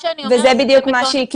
וזה בדיוק מה שהיא קיבלה.